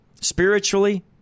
spiritually